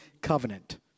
covenant